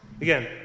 Again